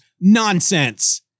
nonsense